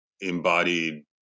embodied